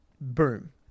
boom